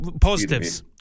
Positives